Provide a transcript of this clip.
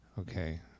Okay